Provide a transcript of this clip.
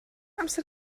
amser